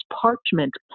parchment